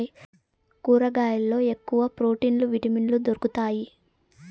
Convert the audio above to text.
కూరగాయల్లో ఎక్కువ ప్రోటీన్లు విటమిన్లు దొరుకుతాయి